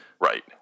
Right